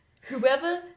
whoever